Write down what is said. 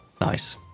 Nice